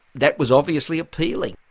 that was obviously appealing?